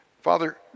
Father